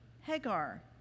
Hagar